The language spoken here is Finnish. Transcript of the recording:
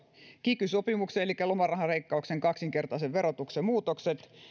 kiky sopimuksen elikkä lomarahaleikkauksen kaksinkertaisen verotuksen muutokset